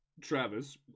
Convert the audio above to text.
Travis